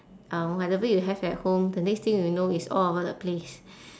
um whatever you have at home the next thing you know it's all over the place